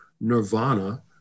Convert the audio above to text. nirvana